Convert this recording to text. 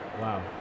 Wow